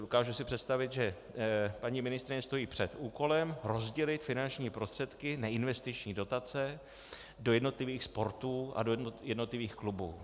Dokážu si představit, že paní ministryně stojí před úkolem rozdělit finanční prostředky, neinvestiční dotace, do jednotlivých sportů a do jednotlivých klubů.